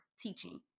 teaching